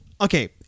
Okay